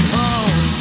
home